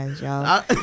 y'all